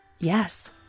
Yes